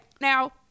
Now